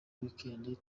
weekend